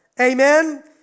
Amen